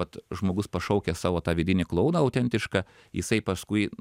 vat žmogus pašaukęs savo tą vidinį klouną autentišką jisai paskui